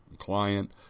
Client